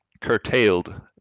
curtailed